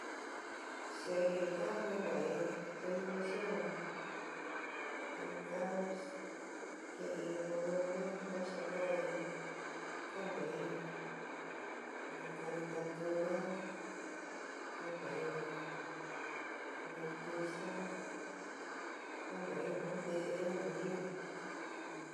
Se'eri ka ñuva'i television te ka kií volume ka xintai ka nteí in caricatura, ka ntei in noticia, ka ntei nu ntii io nuyiu.